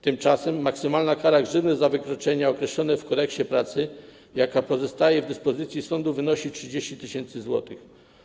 Tymczasem maksymalna kara grzywny za wykroczenia określone w Kodeksie pracy, jaka pozostaje w dyspozycji sądów, wynosi 30 tys. zł.